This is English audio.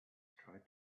tried